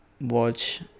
watch